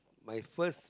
my first